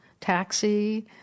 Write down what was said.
taxi